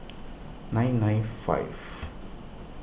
nine nine five